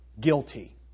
guilty